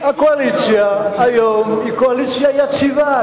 הקואליציה היום היא קואליציה יציבה.